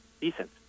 decent